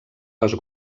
les